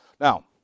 Now